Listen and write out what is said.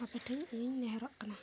ᱟᱯᱮ ᱴᱷᱮᱱ ᱤᱧ ᱱᱮᱦᱚᱨᱚᱜ ᱠᱟᱱᱟ